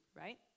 Right